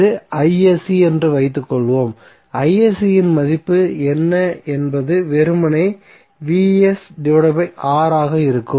இது என்று வைத்துக்கொள்வோம் இன் மதிப்பு என்ன என்பது வெறுமனே ஆக இருக்கும்